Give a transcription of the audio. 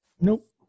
Nope